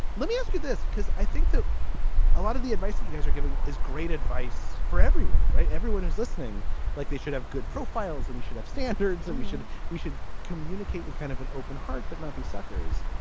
let me ask you this because i think that a lot of the advice you you guys are giving is great advice for everyone. right. everyone is listening like they should have good profiles and we should have standards and we should we should communicate with kind of an open heart but not be suckers.